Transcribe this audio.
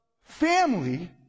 family